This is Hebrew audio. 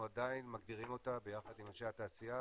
עדיין מגדירים אותה ביחד עם אנשי התעשייה,